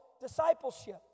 discipleship